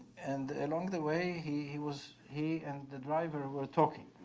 and along the way he he was he and the driver were talking.